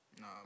No